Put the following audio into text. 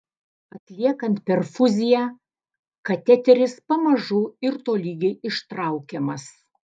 atliekant perfuziją kateteris pamažu ir tolygiai ištraukiamas